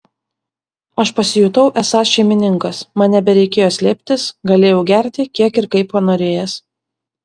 aš pasijutau esąs šeimininkas man nebereikėjo slėptis galėjau gerti kiek ir kaip panorėjęs